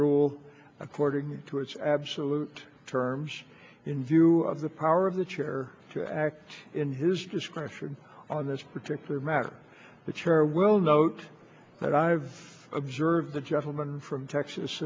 rule according to its absolute terms in view of the power of the chair to act in his discretion on this particular matter the chair will note that i've observed the gentleman from texas